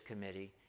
committee